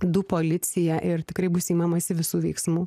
du policija ir tikrai bus imamasi visų veiksmų